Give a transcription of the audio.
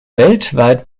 weltweit